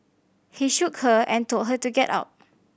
he shook her and told her to get up